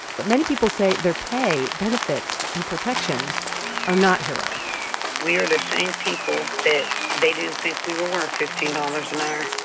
but many people say their pay, benefits and protections are not heroic we're the same people that they didn't think we were worth fifteen dollars an hour,